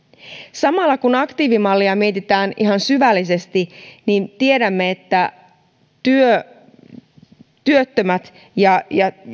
samalla kun aktiivimallia mietitään ihan syvällisesti tiedämme että työttömät ja